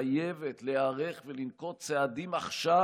חייבת להיערך ולנקוט צעדים עכשיו,